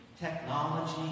Technology